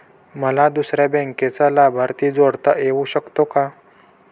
मला दुसऱ्या बँकेचा लाभार्थी जोडता येऊ शकतो का?